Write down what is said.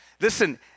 Listen